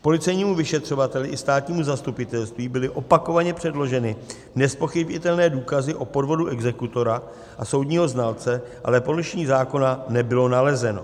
Policejnímu vyšetřovateli i státnímu zastupitelství byly opakovaně předloženy nezpochybnitelné důkazy o podvodu exekutora a soudního znalce, ale porušení zákona nebylo nalezeno.